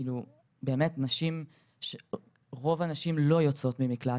כאילו באמת רוב הנשים לא יוצאות ממקלט,